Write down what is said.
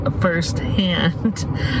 firsthand